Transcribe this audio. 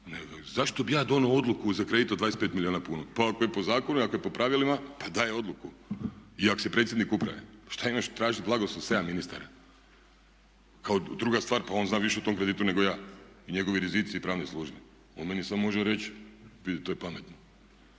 Zašto bih ja donio odluku za kredit od 25 milijuna kuna? Pa ako je po zakonu i ako je po pravilima, pa daj odluku i ako si predsjednik uprave. Pa šta imaš tražiti blagoslov 7 ministara? Kao druga stvar, pa on zna više o tom kreditu nego ja i njegovi rizici i pravne službe. On meni samo može reći to je pametno.